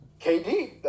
KD